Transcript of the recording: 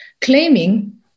claiming